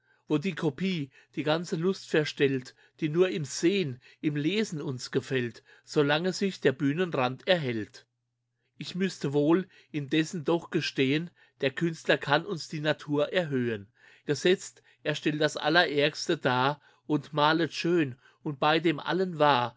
wo die kopie die ganze lust verstellt die nur im sehn im lesen uns gefällt solange sich der bühnentand erhält ich müsste wohl indessen doch gestehen der künstler kann uns die natur erhöhen gesetzt er stellt das allerärgste dar er malest schön und bei dem allen wahr